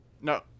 no